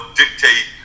dictate